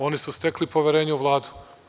Oni su stekli poverenje u Vladu.